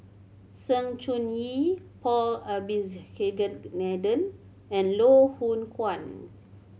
Sng Choon Yee Paul and Loh Hoong Kwan